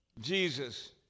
Jesus